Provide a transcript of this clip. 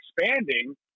expanding